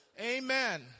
Amen